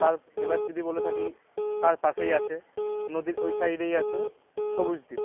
তার এবার যদি বলে থাকি তার পাশেই আছে নদীর ওই সাইডেই আছে সবুজদ্বীপ